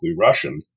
Russian